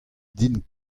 din